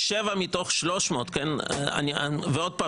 שבע מתוך 300. שוב,